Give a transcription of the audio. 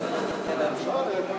בשל לבישת מדי כוחות הביטחון